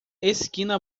esquina